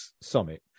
summit